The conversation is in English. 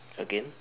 again